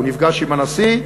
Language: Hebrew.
הוא נפגש עם הנשיא,